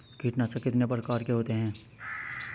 कीटनाशक कितने प्रकार के होते हैं?